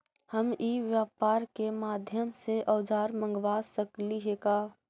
हम ई व्यापार के माध्यम से औजर मँगवा सकली हे का?